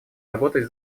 работать